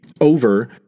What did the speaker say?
over